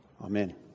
Amen